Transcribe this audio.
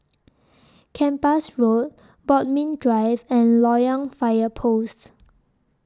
Kempas Road Bodmin Drive and Loyang Fire Post